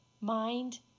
mind